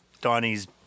Donnie's